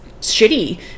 shitty